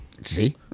See